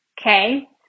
okay